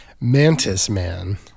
Mantis-man